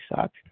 suck